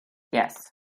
yes